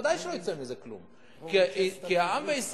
ודאי שלא יצא מזה כלום,